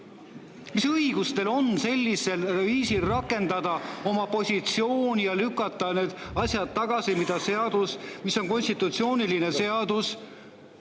mis õigus teil on sellisel viisil rakendada oma positsiooni ja lükata tagasi need asjad, mida seadus, mis on konstitutsiooniline seadus,